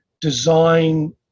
design